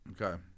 okay